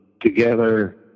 together